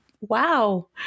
wow